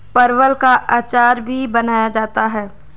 परवल का अचार भी बनाया जाता है